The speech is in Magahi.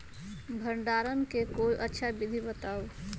भंडारण के कोई अच्छा विधि बताउ?